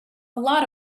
lot